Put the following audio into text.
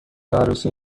عروسی